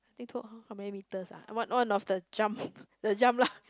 how many meters ah one one of the jump the jump lah